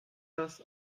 das